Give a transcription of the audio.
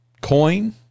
coin